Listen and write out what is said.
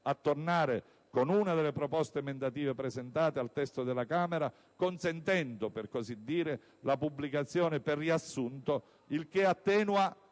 a tornare, con una delle proposte emendative presentate, al testo della Camera consentendola pubblicazione per riassunto, il che attenua